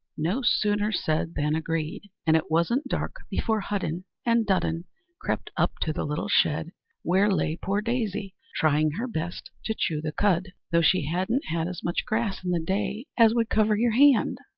no sooner said than agreed and it wasn't dark before hudden and dudden crept up to the little shed where lay poor daisy trying her best to chew the cud, though she hadn't had as much grass in the day as would cover your hand.